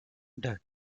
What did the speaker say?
death